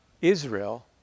Israel